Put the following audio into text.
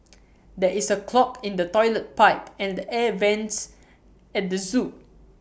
there is A clog in the Toilet Pipe and the air Vents at the Zoo